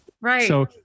Right